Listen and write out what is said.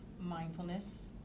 mindfulness